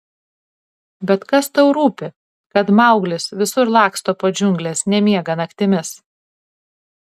bet kas tau rūpi kad mauglis visur laksto po džiungles nemiega naktimis